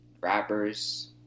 rappers